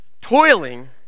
toiling